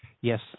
yes